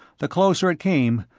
the closer it came,